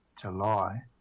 July